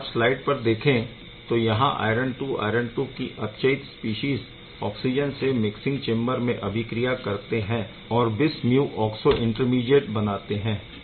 अगर आप स्लाइड पर देखें तो यहाँ आयरन II आयरन II की अपचयित स्पीशीज़ ऑक्सिजन से मिक्सिंग चेम्बर में अभिक्रिया करते है और बिस म्यू ऑक्सो इंटरमीडीएट बनाते है